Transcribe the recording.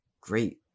great